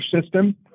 system